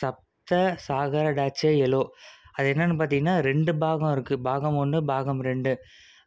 சப்த்த சாகர்டாச்சே எலோ அது என்னன்னு பார்த்தீங்கனா ரெண்டு பாகம் இருக்குது பாகம் ஒன்று பாகம் ரெண்டு